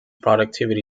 productivity